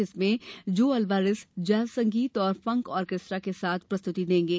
जिसमें जो Alvares jazz संगीत और फंक ऑर्केस्ट्रा के साथ प्रस्तुति देंगे